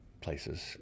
places